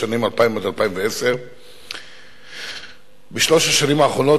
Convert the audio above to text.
לשנים 2000 2010. בשלוש השנים האחרונות